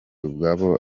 ubwabo